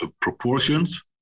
proportions